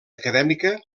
acadèmica